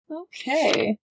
Okay